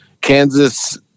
Kansas